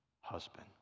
husband